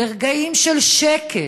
ברגעים של שקט,